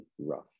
rough